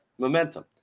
momentum